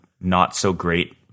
not-so-great